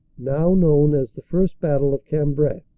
now known as the first battle of cambrai.